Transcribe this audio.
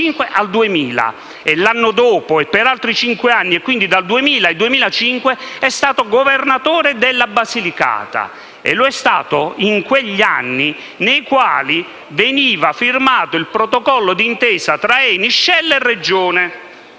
e l'anno dopo, per altri cinque anni (quindi dal 2000 al 2005), è stato governatore della Basilicata; si tratta degli anni nei quali veniva firmato il protocollo di intesa tra ENI, Shell e Regione.